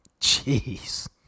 Jeez